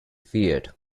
feared